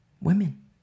Women